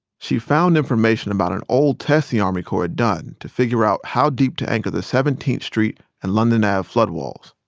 she found information about an old test the army corps had done to figure out how deep to anchor the seventeenth street and london avenue floodwalls.